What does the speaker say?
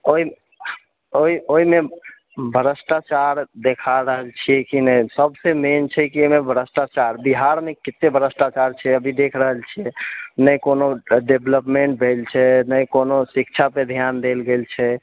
ओहि ओहिमे भ्रष्टाचार देखा रहल छिऐ कि नहि सबसँ मेन छै कि ओहिमे भ्रष्टाचार बिहारमे कते भ्रष्टाचार छै अभी देख रहल छिऐ नहि कोनो डेवलपमेन्ट भेल छै नहि कोनो शिक्षा पे ध्यान देल गेल छै